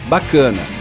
Bacana